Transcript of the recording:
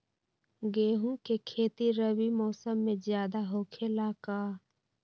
गेंहू के खेती रबी मौसम में ज्यादा होखेला का?